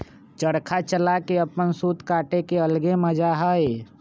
चरखा चला के अपन सूत काटे के अलगे मजा हई